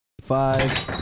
five